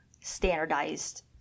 standardized